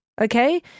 okay